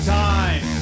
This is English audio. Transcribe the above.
time